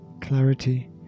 Clarity